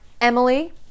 Emily